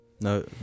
No